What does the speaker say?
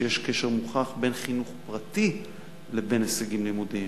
שיש קשר מוכח בין חינוך פרטי לבין הישגים לימודיים.